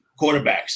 quarterbacks